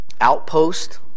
outpost